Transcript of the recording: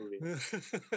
movie